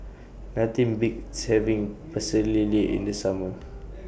Nothing Beats having Pecel Lele in The Summer